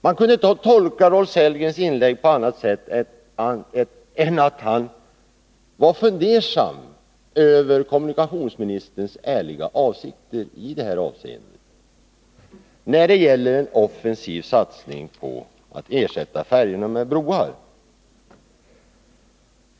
Hans inlägg kan inte tolkas på annat sätt än att han är fundersam inför kommunikationsministerns ärliga avsikter när det gäller en offensiv satsning på att ersätta färjorna med broar.